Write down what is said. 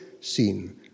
seen